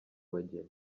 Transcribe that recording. abageni